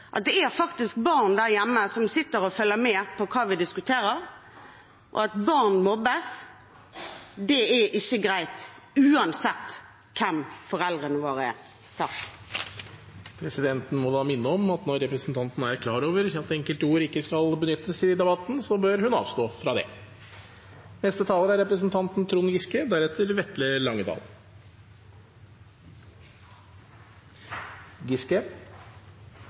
hardest, at det faktisk er barn der hjemme som sitter og følger med på hva vi diskuterer, og at barn mobbes, er ikke greit, uansett hvem foreldrene deres er. Presidenten må minne om at når representanten er klar over at enkelte ord ikke skal benyttes i debatten, så bør hun avstå fra det. Det er